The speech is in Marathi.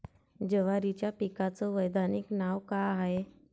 जवारीच्या पिकाचं वैधानिक नाव का हाये?